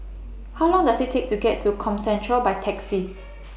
How Long Does IT Take to get to Comcentre By Taxi